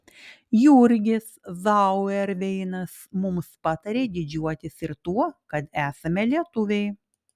jurgis zauerveinas mums patarė didžiuotis ir tuo kad esame lietuviai